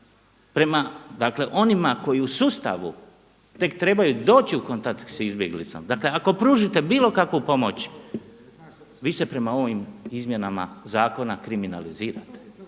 dakle onima koji u sustavu tek trebaju doći u kontakt s izbjeglicom. Dakle, ako pružite bilo kakvu pomoć vi se prema ovim izmjenama zakona kriminalizirate,